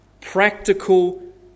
practical